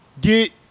Get